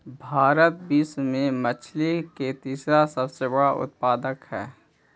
भारत विश्व में मछली के तीसरा सबसे बड़ा उत्पादक हई